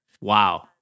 Wow